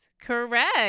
Correct